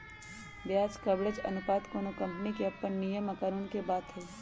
ब्याज कवरेज अनुपात कोनो कंपनी के अप्पन नियम आ कानून के बात हई